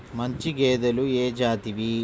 మంచి గేదెలు ఏ జాతివి?